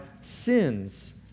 sins